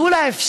תנו לה אפשרות,